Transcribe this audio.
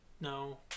No